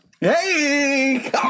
Hey